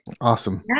Awesome